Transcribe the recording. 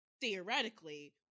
theoretically